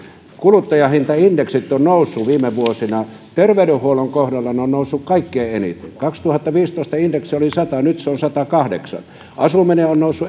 kuluttajahintaindeksit ovat nousseet viime vuosina terveydenhuollon kohdalla ne ovat nousseet kaikkein eniten vuoden kaksituhattaviisitoista indeksi oli sata nyt se on satakahdeksan kun asuminen on noussut